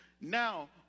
Now